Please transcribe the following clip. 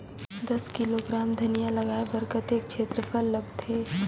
दस किलोग्राम धनिया लगाय बर कतेक क्षेत्रफल लगथे?